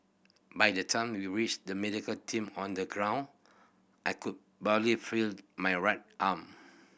by the time we reached the medical team on the ground I could barely feel my right arm